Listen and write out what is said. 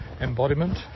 embodiment